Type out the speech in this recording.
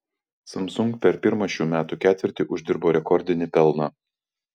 samsung per pirmą šių metų ketvirtį uždirbo rekordinį pelną